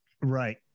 Right